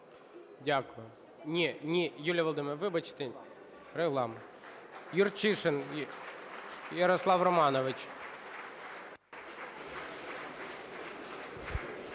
Дякую. Ні, ні, Юлія Володимирівна, вибачте, регламент. Юрчишин Ярослав Романович.